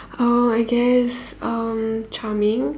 uh I guess um charming